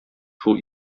шул